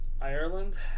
Ireland